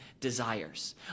desires